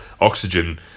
oxygen